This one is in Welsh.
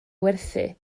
werthu